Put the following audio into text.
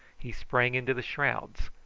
he sprang into the shrouds,